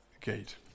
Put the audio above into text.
gate